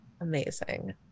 amazing